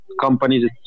companies